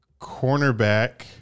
Cornerback